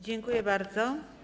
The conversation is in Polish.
Dziękuję bardzo.